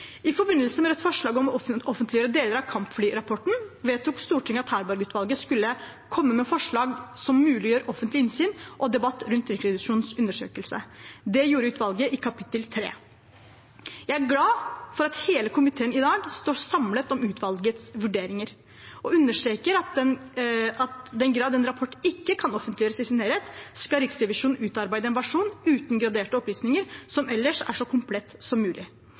I forbindelse med Rødts forslag om å offentliggjøre deler av kampflyrapporten vedtok Stortinget at Harberg-utvalget skulle komme med forslag som muliggjør offentlig innsyn og debatt rundt Riksrevisjonens undersøkelser. Det gjorde utvalget i kapittel 3. Jeg er glad for at hele komiteen i dag står samlet om utvalgets vurderinger og understreker at i den grad en rapport ikke kan offentliggjøres i sin helhet, skal Riksrevisjonen utarbeide en versjon uten graderte opplysninger som ellers er så komplett som mulig.